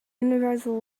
universal